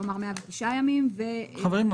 כלומר 109 ימים -- חבים,